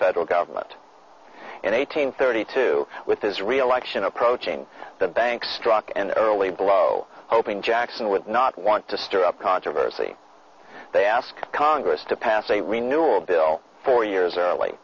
federal government in eighteen thirty two with his reelection approaching the bank struck an early blow hoping jackson would not want to stir up controversy they ask congress to pass a renewal bill four years early